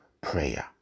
prayer